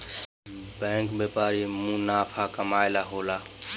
bank व्यापारिक मुनाफा कमाए ला होला